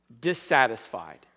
dissatisfied